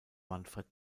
manfred